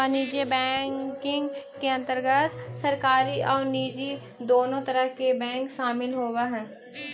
वाणिज्यिक बैंकिंग के अंतर्गत सरकारी आउ निजी दुनों तरह के बैंक शामिल होवऽ हइ